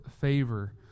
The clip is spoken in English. favor